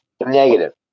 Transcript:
negative